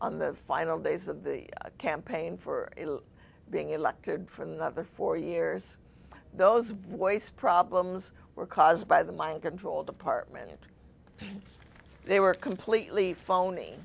on the final days of the campaign for being elected for another four years those voice problems were caused by the mind control department they were completely phony